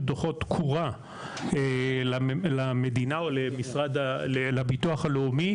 דו"חות תקורה למדינה או לביטוח הלאומי,